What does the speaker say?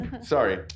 Sorry